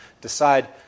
decide